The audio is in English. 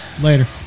later